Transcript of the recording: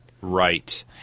Right